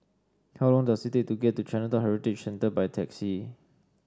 how long does it take to get to Chinatown Heritage Centre by taxi